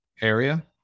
area